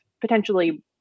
potentially